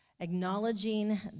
Acknowledging